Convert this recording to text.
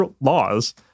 laws